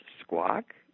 Squawk